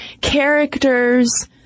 characters